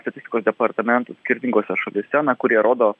statistikos departamentų skirtingose šalyse na kurie rodo